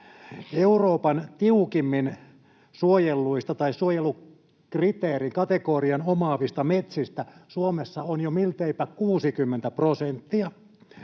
Euroopan tiukimman suojelukategorian omaavista metsistä Suomessa on jo milteipä 60 prosenttia.